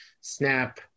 snap